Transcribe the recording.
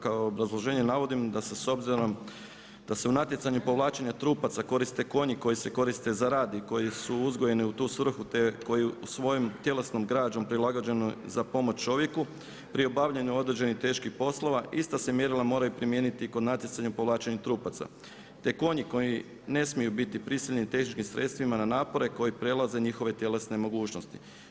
Kao obrazloženje navodim da se s obzirom da se u natjecanju povlačenja trupaca koriste konji koji se koriste za rad i koji su uzgojeni u tu svrhu, te koji svojom tjelesnom građom prilagođeni za pomoć čovjeku pri obavljaju određenih teških poslova ista se mjerila moraju primijeniti i kod natjecanja o povlačenju trupaca, te konji koji ne smiju biti prisiljeni teškim sredstvima na napore koji prelaze njihove tjelesne mogućnosti.